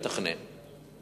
לתכנן.